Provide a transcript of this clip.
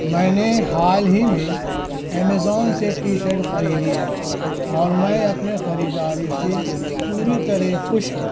میں نے حال ہی میں امیزون سے ٹی شرٹ خریدی ہے اور میں اپنی خریداری سے پوری طرح خوش ہوں